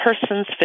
person's